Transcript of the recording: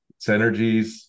synergies